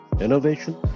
innovation